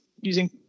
using